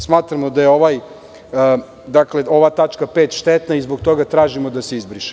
Smatramo da je ova tačka 5. štetna i zbog toga tražimo da se izbriše.